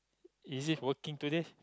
is he working today